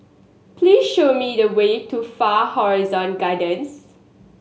please show me the way to Far Horizon Gardens